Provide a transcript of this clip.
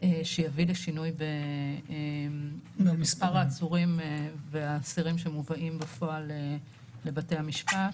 שיביא לשינוי במספר העצורים והאסירים שמובאים בפועל לבתי המשפט.